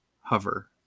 hover